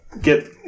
get